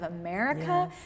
America